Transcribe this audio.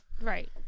right